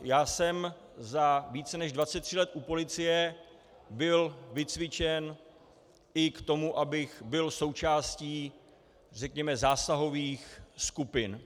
Já jsem za více než 23 u policie byl vycvičen i k tomu, abych byl součástí, řekněme, zásahových skupin.